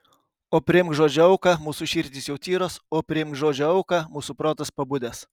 o priimk žodžio auką mūsų širdys jau tyros o priimk žodžio auką mūsų protas pabudęs